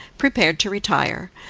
prepared to retire,